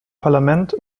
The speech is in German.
parlament